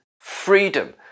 freedom